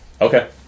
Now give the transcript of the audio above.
Okay